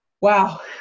wow